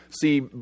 See